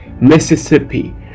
mississippi